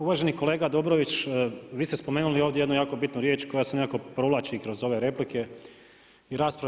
Uvaženi kolega Dobrović, vi ste spomenuli ovdje jednu jako bitnu riječ koja se nekako provlači kroz ove replike i rasprave.